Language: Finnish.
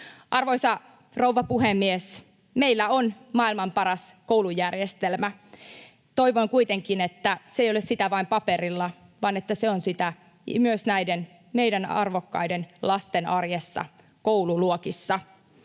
Arvoisa rouva puhemies! Meillä on maailman paras koulujärjestelmä. Toivon kuitenkin, että se ei ole sitä vain paperilla vaan että se on sitä myös näiden meidän arvokkaiden lastemme arjessa koululuokissa.